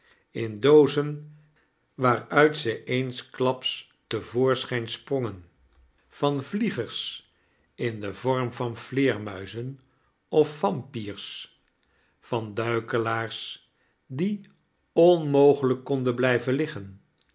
in doozen waaruit ze eenstklaps te voorschijn sprongen van vliegers in den vorm van vleermuizen of vampyrs van duikelaars die onmogelijk konden blijven liggen